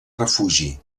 refugi